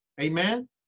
amen